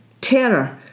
terror